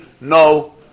no